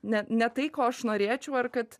ne ne tai ko aš norėčiau ar kad